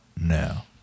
now